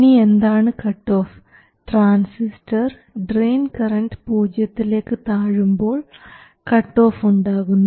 ഇനി എന്താണ് cutoff transistor drain current പൂജ്യത്തിലേക്ക് താഴുമ്പോൾ കട്ടോഫ് ഉണ്ടാകുന്നു